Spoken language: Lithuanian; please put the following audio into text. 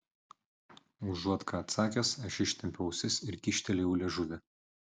užuot ką atsakęs aš ištempiau ausis ir kyštelėjau liežuvį